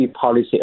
policy